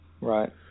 Right